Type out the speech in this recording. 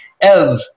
Ev